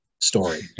story